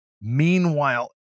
Meanwhile